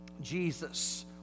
Jesus